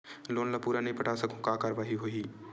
Loan ला पूरा नई पटा सकहुं का कारवाही होही?